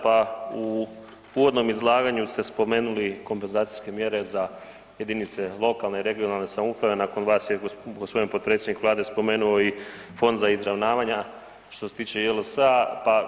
Pa u uvodnom izlaganju ste spomenuli kompenzacijske mjere za jedinice lokalne i regionalne samouprave, nakon vas je gospodin potpredsjednik Vlade spomenuo i Fond za izravnavanja što se tiče JLS-a.